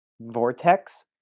vortex